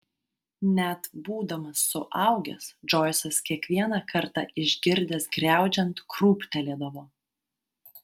net būdamas suaugęs džoisas kiekvieną kartą išgirdęs griaudžiant krūptelėdavo